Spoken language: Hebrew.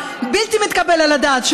הבלתי-מתקבל על הדעת,